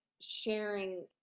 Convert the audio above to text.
sharing